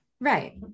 Right